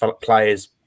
players